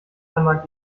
einmal